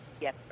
Yes